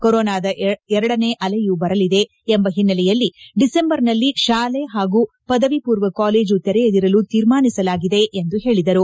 ಕೊರೋನಾದ ಎರಡನೇ ಅಲೆಯೂ ಬರಲಿದೆ ಎಂಬ ಹಿನ್ನೆಲೆಯಲ್ಲಿ ಡಿಸೆಂಬರ್ನಲ್ಲಿ ಶಾಲೆ ಹಾಗೂ ಪದವಿ ಪೂರ್ವ ಕಾಲೇಜು ತೆರೆಯದಿರಲು ತೀರ್ಮಾನಿಸಲಾಗಿದೆ ಎಂದು ಹೇಳಿದರು